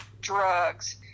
drugs